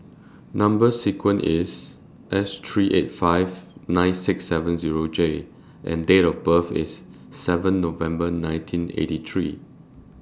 Number sequence IS S three eight five nine six seven Zero J and Date of birth IS seven November nineteen eighty three